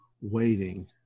waiting